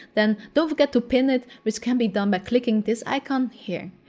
then don't forget to pin it, which can be done by clicking this icon here.